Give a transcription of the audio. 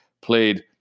played